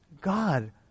God